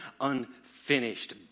unfinished